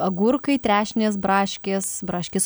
agurkai trešnės braškės braškės